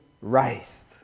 raised